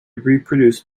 reproduce